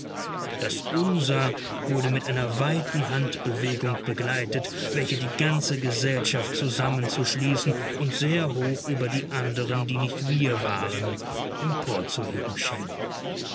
das unser wurde mit einer weiten handbewegung begleitet welche die ganze gesellschaft zusammenzuschließen und sehr hoch über die anderen die nicht wir waren empor zu heben schien